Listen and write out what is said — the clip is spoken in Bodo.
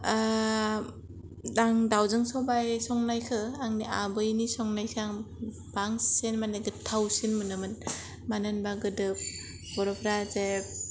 आं दावजों सबाय संनायखौ आंनि आबैनि संनायखौ आं बांसिन माने गोथावसिन मोनोमोन मानो होनोबा गोदो बर'फोरा जे